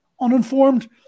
uninformed